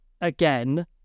again